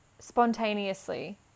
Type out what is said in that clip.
spontaneously